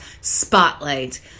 spotlight